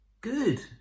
Good